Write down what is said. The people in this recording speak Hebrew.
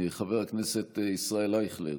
חבר הכנסת ישראל אייכלר,